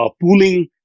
pooling